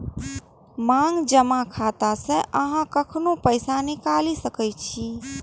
मांग जमा खाता सं अहां कखनो पैसा निकालि सकै छी